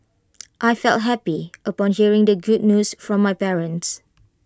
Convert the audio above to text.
I felt happy upon hearing the good news from my parents